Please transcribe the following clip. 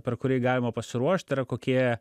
per kurį galima pasiruošti yra kokie